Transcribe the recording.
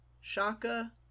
shaka